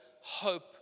hope